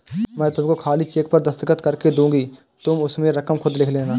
मैं तुमको खाली चेक पर दस्तखत करके दूँगी तुम उसमें रकम खुद लिख लेना